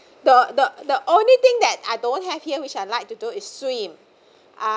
the the the only thing that I don't have here which I like to do is swim uh